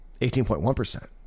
18.1%